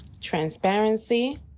transparency